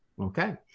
okay